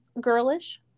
girlish